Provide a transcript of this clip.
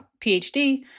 PhD